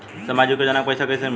सामाजिक योजना के पैसा कइसे मिली?